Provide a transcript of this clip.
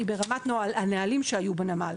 היא ברמת הנהלים שהיו בנמל.